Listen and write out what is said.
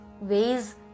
ways